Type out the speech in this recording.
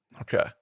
Okay